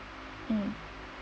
um